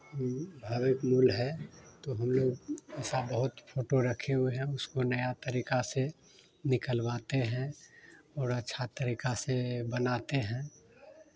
है तो हम लोग ऐसा बहुत फोटो रखे हुए हैं उसको नया तरीका से निकलवाते हैं और अच्छा तरीका से बनाते हैं